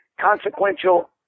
consequential